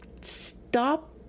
stop